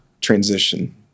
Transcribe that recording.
transition